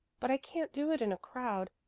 but i can't do it in a crowd.